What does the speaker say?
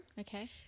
okay